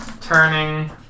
turning